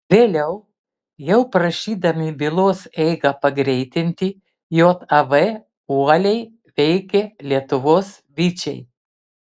vėliau jau prašydami bylos eigą pagreitinti jav uoliai veikė lietuvos vyčiai